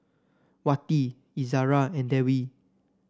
Wati Izara and Dewi